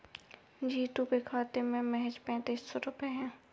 जीतू के खाते में महज पैंतीस सौ रुपए बचे हैं